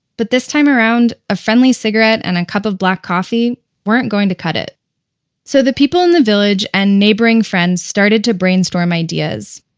but this time around, a friendly cigarette and a cup of black coffee weren't going to cut it so the people in the village and neighboring friends started to brainstorm ideas.